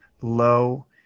low